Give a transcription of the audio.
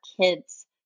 kids